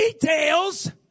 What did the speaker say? details